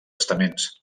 estaments